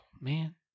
man